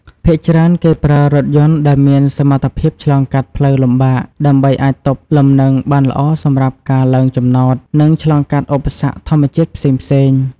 ភាគច្រើនគេប្រើរថយន្តដែលមានសមត្ថភាពឆ្លងកាត់ផ្លូវលំបាក ដើម្បីអាចទប់លំនឹងបានល្អសម្រាប់ការឡើងចំណោត និងឆ្លងកាត់ឧបសគ្គធម្មជាតិផ្សេងៗ។